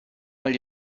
mal